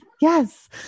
Yes